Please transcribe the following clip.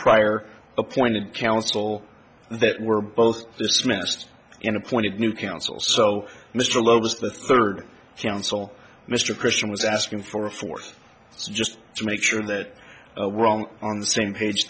prior appointed counsel that were both dismissed and appointed new counsel so mr loeb's the third counsel mr christian was asking for a fourth just to make sure that we're all on the same page